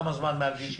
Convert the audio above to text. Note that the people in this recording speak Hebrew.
כמה זמן מעל גיל 60?